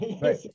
right